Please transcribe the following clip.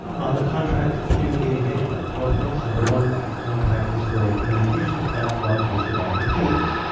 on the contract for community engagement four points, number one the the contract is for a communications platform hosted on computers.